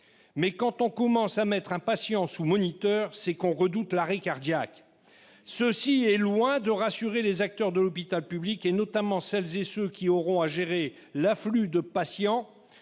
». Quand on commence à mettre un patient sous moniteur, c'est qu'on redoute l'arrêt cardiaque ... Vous êtes loin de rassurer les acteurs de l'hôpital public, notamment celles et ceux qui auront à gérer l'afflux de patients